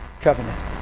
covenant